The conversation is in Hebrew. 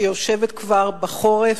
שיושבת בחורף,